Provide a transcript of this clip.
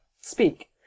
speak